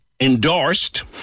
Endorsed